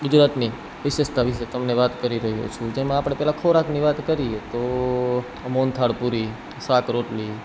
ગુજરાતની વિશેષતા વિષે તમને વાત કરી રહ્યો છું જેમાં આપણે પહેલાં ખોરાકની વાત કરીએ તો મોહનથાળ પૂરી શાક રોટલી